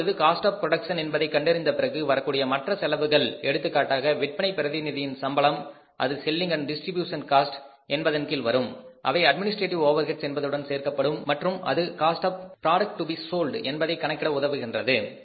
இப்பொழுது cost of production என்பதை கண்டறிந்த பிறகு வரக்கூடிய மற்ற செலவுகள் எடுத்துக்காட்டாக விற்பனைப் பிரதிநிதியின் சம்பளம் அது selling and distribution cost Selling Distribution costஎன்பதன் கீழ் வரும் அவை அட்மினிஸ்ட்ரேடிவ் ஓவர்ஹெட்ஸ் என்பதுடன் சேர்க்கப்படும் மற்றும் அது cost of product to be sold என்பதை கணக்கிட நமக்கு உதவுகின்றது